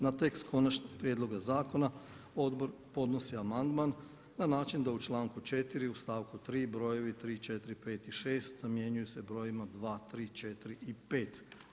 Na tekst konačnog prijedloga zakona odbor ponosi amandman na način da u članku 4. u stavku 3. brojevi tri, četiri, pet i šest zamjenjuju se brojevima dva, tri, četiri i pet.